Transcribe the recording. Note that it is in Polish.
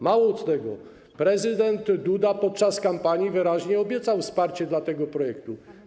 Mało tego, prezydent Duda podczas kampanii wyraźnie obiecał wsparcie dla tego projektu.